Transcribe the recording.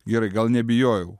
gerai gal nebijojau